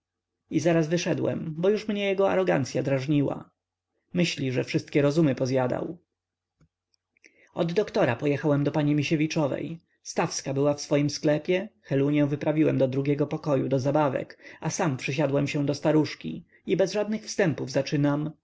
i zaraz wyszedłem bo już mnie jego arogancya rozdrażniła myśli że wszystkie rozumy pozjadał od doktora pojechałem do pani misiewiczowej stawska była w swoim sklepie helunię wyprawiłem do drugiego pokoju do zabawek a sam przysiadłem się do staruszki i bez żadnych wstępów zaczynam